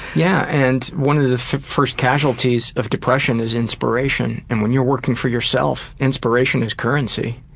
yeah and one of the first casualties of depression is inspiration. and when you're working for yourself, inspiration is currency.